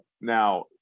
Now